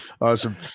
Awesome